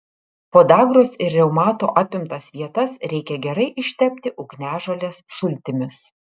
podagros ir reumato apimtas vietas reikia gerai ištepti ugniažolės sultimis